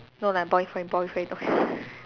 no like boyfriend boyfriend